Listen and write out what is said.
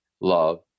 love